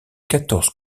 quatorze